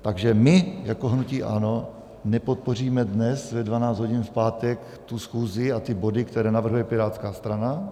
Takže my jako hnutí ANO nepodpoříme dnes ve 12 hodin v pátek tu schůzi a body, které navrhuje Pirátská strana.